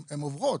הן עוברות?